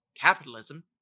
capitalism